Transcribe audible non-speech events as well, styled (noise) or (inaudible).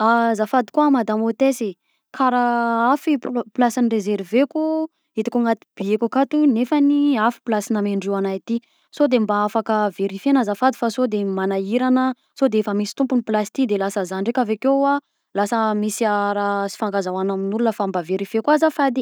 (hesitation) Azafady koa madamo hotesse, karaha hafa i plasy norezerveko hitako agnaty billetko akato nefany hafa i plasy namendreo anahy ty sode mba afaka verifiena azafady fa sode manahiragna, sode efa misy tompony plasy ty de lasa zah ndraika avekeo a lasa misy raha raha sy hifankazahoana amin'olona fa mba verifieo koa azafady.